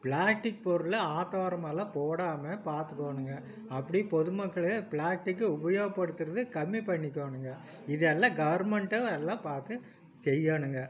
plastic பொருளை ஆற்றோரமாலாம் போடாமல் பார்த்துக்கோணுங்க அப்படி பொதுமக்களே பிளாட்டிக்கு உபயோப்படுத்துகிறது கம்மி பண்ணிக்கணுங்க இது எல்லாம் கவர்மெண்ட்டும் எல்லாம் பார்த்து செய்யணுங்க